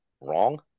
wrong